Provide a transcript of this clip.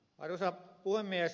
arvoisa puhemies